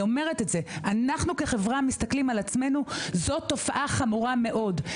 אנחנו כחברה מסתכלים על עצמנו וזו תופעה חמורה מאוד.